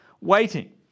waiting